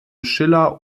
schiller